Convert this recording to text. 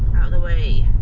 out of the way,